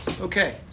Okay